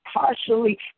partially